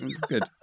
Good